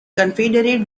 confederate